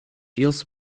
deals